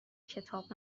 کتاب